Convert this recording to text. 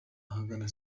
ahagana